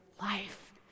life